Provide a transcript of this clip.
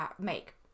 make